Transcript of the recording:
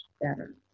better